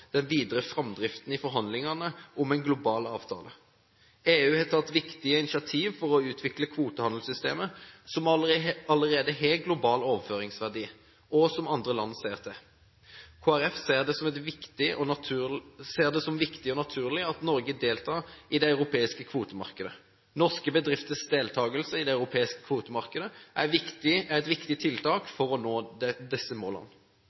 den videre framdriften i forhandlingene om en global avtale. EU har tatt viktige initiativ for å utvikle kvotehandelssystemer som allerede har global overføringsverdi, og som andre land ser til. Kristelig Folkeparti ser det som viktig og naturlig at Norge deltar i det europeiske kvotemarkedet. Norske bedrifters deltagelse i det europeiske kvotemarkedet er et viktig tiltak for å nå disse målene.